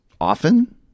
often